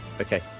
okay